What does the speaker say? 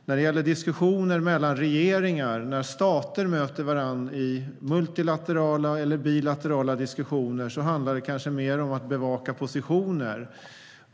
När det gäller diskussioner mellan regeringar när stater möter varandra i multilaterala eller bilaterala diskussioner, handlar det mer om att bevaka positioner.